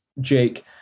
Jake